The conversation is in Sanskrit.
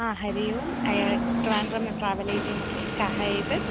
हा हरिः ओम् ट्रविन्ड्रम् ट्रावेल् एजेन्सि कः एतत्